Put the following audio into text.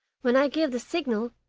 when i give the signal,